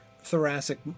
thoracic